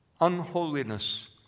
unholiness